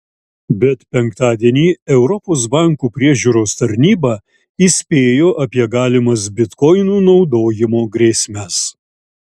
bet penktadienį europos bankų priežiūros tarnyba įspėjo apie galimas bitkoinų naudojimo grėsmes